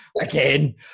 again